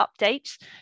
updates